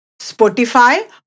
Spotify